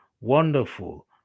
wonderful